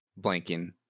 blanking